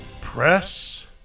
Press